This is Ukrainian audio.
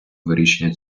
вирішення